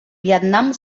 vietnam